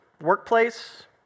Workplace